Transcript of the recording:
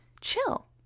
chill